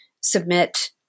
submit